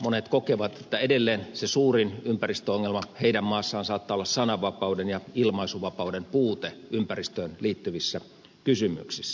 monet kokevat että edelleen se suurin ympäristöongelma heidän maassaan saattaa olla sananvapauden ja ilmaisuvapauden puute ympäristöön liittyvissä kysymyksissä